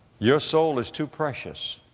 your soul is too precious